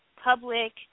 public